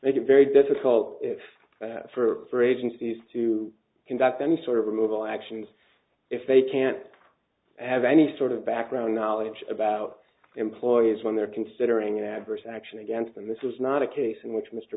make it very difficult if for agencies to conduct any sort of removal actions if they can't have any sort of background knowledge about employers when they're considering adverse action against them this is not a case in which mr